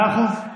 מאה אחוז.